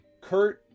Kurt